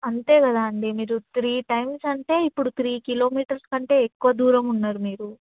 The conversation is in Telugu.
అంతే కదా అండి మీరు త్రీ టైమ్స్ అంటే ఇప్పుడు త్రీ కిలోమీటర్స్ కంటే ఎక్కువ దూరం ఉన్నారు మీరు